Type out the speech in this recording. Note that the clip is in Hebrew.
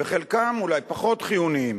וחלקם אולי פחות חיוניים,